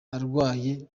arwaye